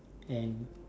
and